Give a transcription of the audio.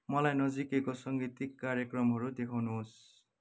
मलाई नजिकैको साङ्गीतिक कार्यक्रमहरू देखाउनुहोस्